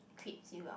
creeps you out